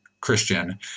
Christian